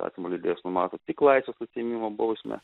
įstatymų leidėjas numato tik laisvės atėmimo bausmę